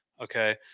okay